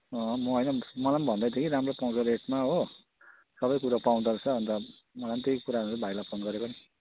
अँ म होइन मलाई पनि भन्दै थियो कि राम्रो पाउँछ रेटमा हो सबै कुरो पाउँदोरहेछ अन्त मलाई पनि त्यही कुराहरू भाइलाई फोन गरेको नि